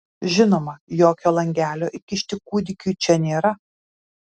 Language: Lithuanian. žinoma jokio langelio įkišti kūdikiui čia nėra